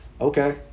Okay